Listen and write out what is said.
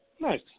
Nice